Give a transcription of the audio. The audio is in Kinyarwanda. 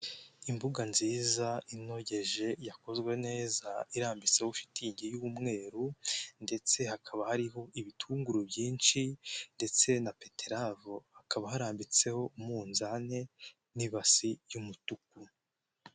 Imbuga nziza inogeje yakozwe neza irambitseho shitingi y'umweru ndetse hakaba hariho ibitunguru byinshi ndetse na beteravu, hakaba harambitseho umunzane n'ibasi y'umutuku